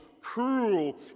cruel